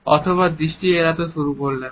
অথবা দৃষ্টি এড়াতে শুরু করলেন